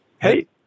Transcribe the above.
Hey